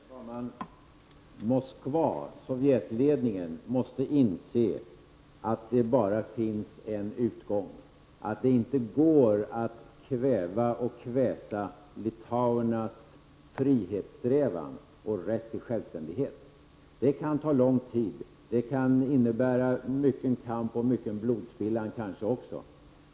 Herr talman! Moskva — sovjetledningen — måste inse att det bara finns en utgång, att det inte går att kväva och kväsa litauernas frihetssträvan och rätt till självständighet. Det kan ta lång tid, det kan innebära mycken kamp och kanske också mycken blodspillan.